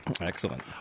Excellent